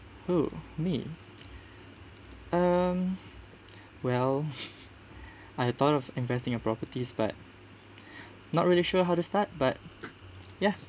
who me um well I've thought of investing a properties but not really sure how to start but ya